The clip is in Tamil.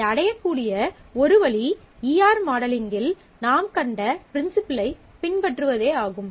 அதை அடையக்கூடிய ஒரு வழி ஈ ஆர் மாடலிங்கில் நாம் கண்ட ப்ரின்சிபிளை பின்பற்றுவதே ஆகும்